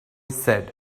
said